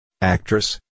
Actress